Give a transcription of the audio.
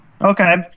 Okay